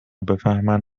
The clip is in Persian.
بفهمن